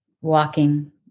walking